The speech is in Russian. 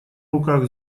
руках